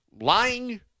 lying